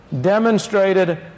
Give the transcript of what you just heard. demonstrated